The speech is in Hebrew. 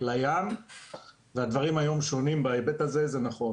לים והדברים היום שונים בהיבט הזה, זה נכון.